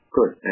Good